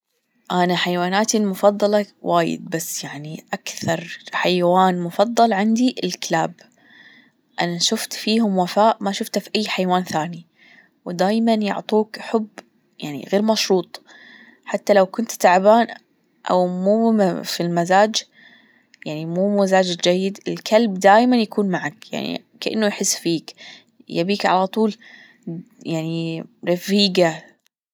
أنا حيواناتي المفضلة وايد بس يعني أكثر حيوان مفضل عندي الكلاب أنا شفت فيهم وفاء ما شفته في أي حيوان ثاني ودايما يعطوك حب يعني غير مشروط حتى لو كنت تعبانة أو مو في المزاج يعني مو مزاج جيد الكلب دايما يكون معك يعني كأنه يحس فيك يبيك على طول يعني رفيجة.